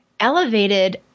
Elevated